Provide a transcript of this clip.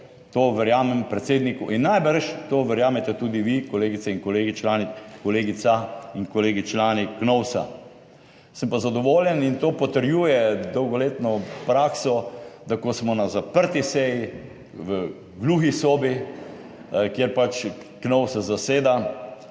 To verjamem predsedniku in najbrž to verjamete tudi vi, kolegica in kolegi, člani KNOVS. Sem pa zadovoljen, in to potrjuje dolgoletno prakso, da ko smo na zaprti seji v gluhi sobi, kjer pač KNOVS zaseda,